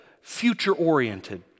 future-oriented